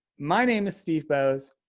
my name is steve boese,